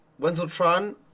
Wenzeltron